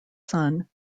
son